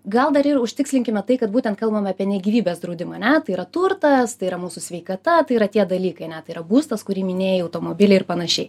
gal dar ir užtikslinkime tai kad būtent kalbame apie ne gyvybės draudimą ane tai yra turtas tai yra mūsų sveikata tai yra tie dalykai ane tai yra būstas kurį minėjai automobiliai ir panašiai